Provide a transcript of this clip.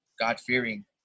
God-fearing